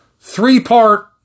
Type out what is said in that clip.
three-part